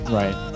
right